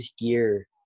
gear